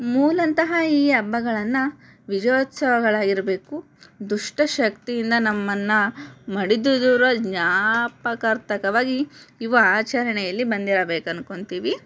ಮೂಲಂತಹ ಈ ಹಬ್ಬಗಳನ್ನ ವಿಜಯೋತ್ಸವಗಳಾಗಿರಬೇಕು ದುಷ್ಟ ಶಕ್ತಿಯಿಂದ ನಮ್ಮನ್ನು ಮಡಿದುದುರ ಜ್ಞಾಪಕಾರ್ಥಕವಾಗಿ ಇವು ಆಚರಣೆಯಲ್ಲಿ ಬಂದಿರಬೇಕು ಅನ್ಕೊಂತೀವಿ